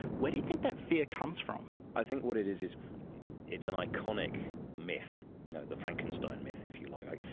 where do you think that fear comes from? i think what it is is it's an iconic myth, you know the frankenstein myth if you like.